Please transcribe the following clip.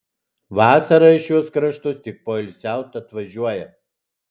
vasarą į šiuos kraštus tik poilsiaut atvažiuoja